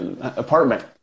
apartment